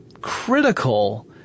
critical